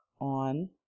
on